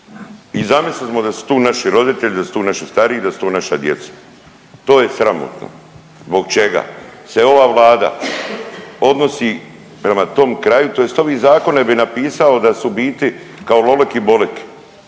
I zamislimo da su tu naši roditelji, da su tu naši stari, da su tu naša djeca. To je sramotno. Zbog čega se ova Vlada odnosi prema tom kraju tj. ove zakone bi napisao da su u biti kao Lolek i Bolek.